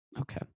Okay